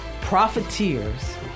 profiteers